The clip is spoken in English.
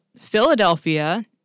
Philadelphia—